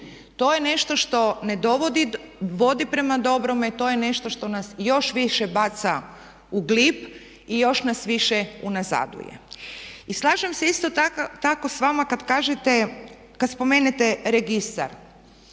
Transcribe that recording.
To je nešto što ne vodi prema dobrome i to je nešto što nas još više baca u glib i još nas više unazaduje. I slažem se isto tako s vama kada kažete, kada spomenete registar.